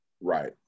Right